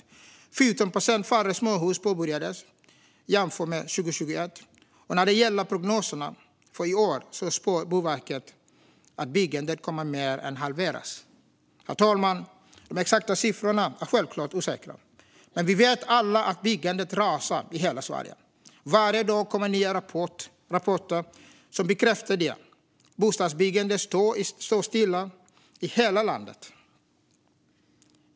Det var 14 procent färre småhus som påbörjades jämfört med 2021, och när det gäller prognoserna för i år spår Boverket att byggandet kommer att mer än halveras. Herr talman! De exakta siffrorna är självklart osäkra, men vi vet alla att byggandet rasar i hela Sverige. Varje dag kommer nya rapporter som bekräftar detta. Bostadsbyggandet står stilla i hela landet.